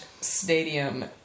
stadium